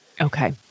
Okay